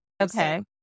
Okay